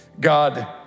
God